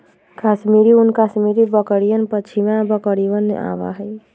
कश्मीरी ऊन कश्मीरी बकरियन, पश्मीना बकरिवन से आवा हई